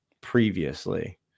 previously